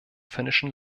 finnischen